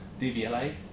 DVLA